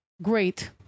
Great